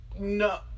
no